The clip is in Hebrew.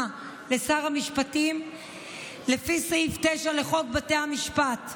לשר המשפטים לפי סעיף 9 לחוק בתי המשפט,